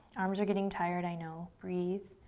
arms are getting tired, i know. breathe,